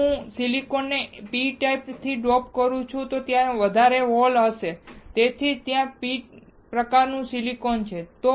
જો હું સિલિકન ને p ટાઇપ થી ડોપ કરું છું તો ત્યાં વધારે હોલ હશે અને તેથી જ તે p પ્રકારનું સિલિકોન છે